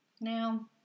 Now